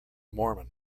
mormon